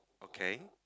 okay